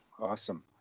Awesome